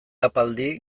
ahapaldi